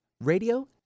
radio